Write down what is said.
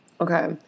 Okay